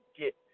get –